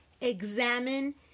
examine